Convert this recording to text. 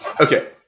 Okay